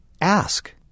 Ask